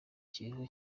kiriko